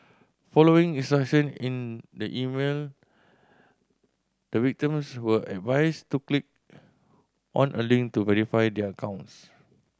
following instruction in the email the victims were advised to click on a link to verify their accounts